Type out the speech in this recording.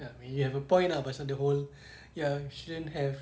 yup you have a point ah pasal the whole ya shouldn't have